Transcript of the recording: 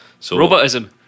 Robotism